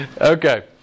Okay